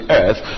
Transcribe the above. earth